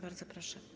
Bardzo proszę.